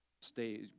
Stay